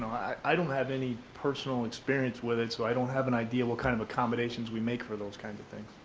i don't have any personal experience with it. so i don't have an idea what kind of accommodations we make for those kinds of things.